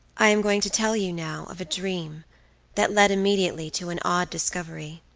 i am going to tell you now of a dream that led immediately to an odd discovery.